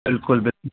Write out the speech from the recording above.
ਬਿਲਕੁਲ ਬਿਲ